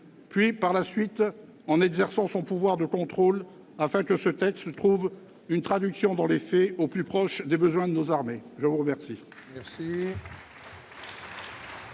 Par la suite, il exercera son pouvoir de contrôle afin que ce texte trouve une traduction dans les faits, au plus proche des besoins de nos armées. La parole